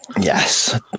Yes